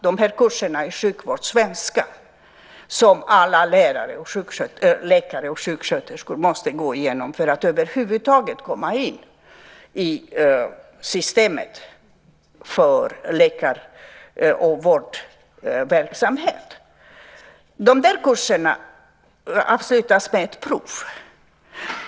Det gäller kurserna i sjukvårdssvenska som alla läkare och sjuksköterskor måste gå igenom för att över huvud taget komma in i systemet för läkar och vårdverksamhet. De kurserna avslutas med ett prov.